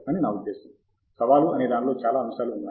అని నా ఉద్దేశ్యం సవాలు అనే దానిలో చాలా అంశాలు ఉన్నాయి